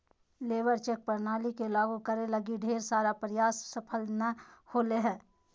labour check प्रणाली के लागु करे लगी ढेर सारा प्रयास सफल नय होले हें